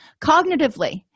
cognitively